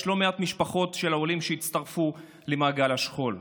יש לא מעט משפחות של עולים שהצטרפו למעגל השכול.